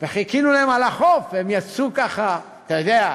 חיכינו להם על החוף, הם יצאו ככה, אתה יודע,